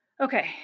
Okay